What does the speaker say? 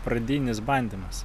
pradinis bandymas